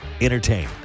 entertain